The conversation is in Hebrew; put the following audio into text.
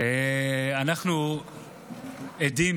אנחנו עדים,